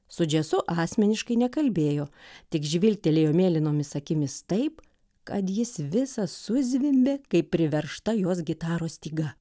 su džesu asmeniškai nekalbėjo tik žvilgtelėjo mėlynomis akimis taip kad jis visas suzvimbė kaip priveržta jos gitaros styga